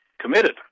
committed